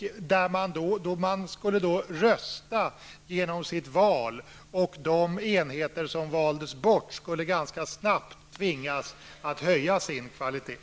Studenternas val skulle innebära en form av röstning. De enheter som valdes bort skulle ganska snabbt tvingas att höja sin kvalitet.